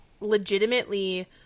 legitimately